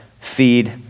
feed